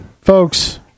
Folks